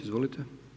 Izvolite.